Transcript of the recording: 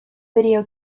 video